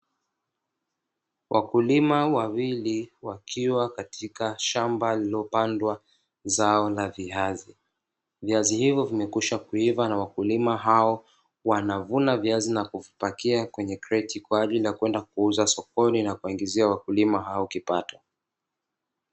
Wakulima wawili wakiwa katika shamba lililopandwa zao la viazi, viazi hivyo vimekisha kuiva na wakulima hao wanavuna viazi na kuvipakia kwenye kreti kwa ajili ya kwenda kuuza sokoni na kuwaingizia wakulima hao kipato.